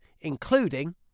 including